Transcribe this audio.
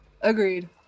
Agreed